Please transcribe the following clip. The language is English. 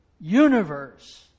universe